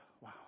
Wow